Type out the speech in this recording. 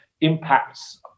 impacts